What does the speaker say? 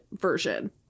version